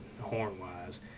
horn-wise